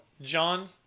John